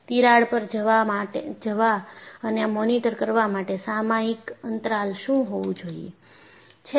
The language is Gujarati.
તિરાડ પર જવા અને મોનિટર કરવા માટે સામયિક અંતરાલ શું હોવું જોઈએ